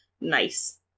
Nice